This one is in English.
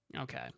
okay